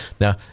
Now